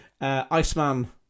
Iceman